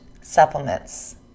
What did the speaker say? supplements